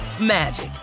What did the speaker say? magic